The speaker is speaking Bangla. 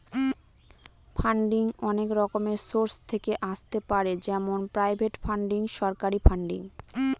ফান্ডিং অনেক রকমের সোর্স থেকে আসতে পারে যেমন প্রাইভেট ফান্ডিং, সরকারি ফান্ডিং